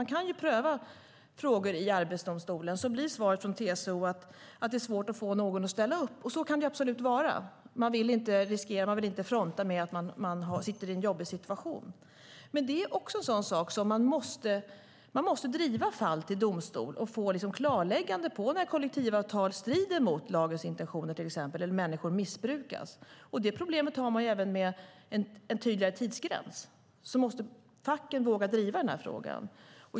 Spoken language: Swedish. Man kan ju pröva frågor i Arbetsdomstolen. Svaret från TCO blir att det är svårt att få någon att ställa upp. Och så kan det absolut vara. Man vill inte fronta med att man sitter i en jobbig situation. Men man måste driva fall till domstol och få klarlagt när kollektivavtal strider mot lagens intentioner eller människor missbrukas. Det problemet har man även med en tydligare tidsgräns. Facken måste våga driva frågan.